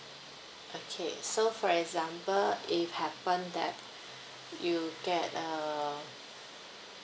okay so for example if happen that you get uh